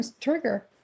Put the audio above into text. trigger